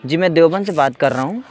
جی میں دیوبند سے بات کر رہا ہوں